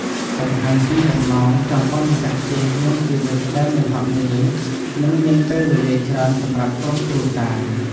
បង្ហាញពីបំណងចង់ឲ្យម្ចាស់ផ្ទះមានជីវិតដែល មិនហត់នឿយ និងមានពេលវេលាច្រើនសម្រាប់ក្រុមគ្រួសារ។